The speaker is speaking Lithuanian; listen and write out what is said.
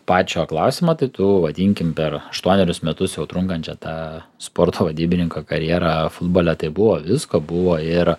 pačio klausimo tai tų vadinkim per aštuonerius metus jau trunkančią tą sporto vadybininko karjerą futbole tai buvo visko buvo ir